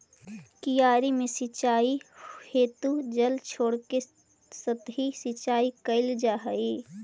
क्यारी में सिंचाई हेतु जल छोड़के सतही सिंचाई कैल जा हइ